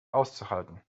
auszuhalten